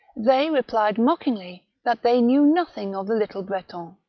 they replied mockingly that they knew nothing of the little breton,